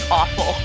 awful